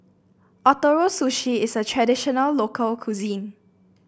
Ootoro Sushi is a traditional local cuisine